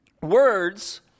Words